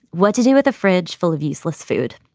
what did you with a fridge full of useless food?